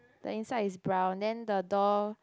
the inside is brown then the door